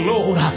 Lord